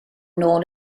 nôl